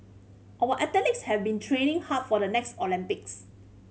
our athletes have been training hard for the next Olympics